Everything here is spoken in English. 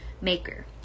maker